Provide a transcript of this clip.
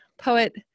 Poet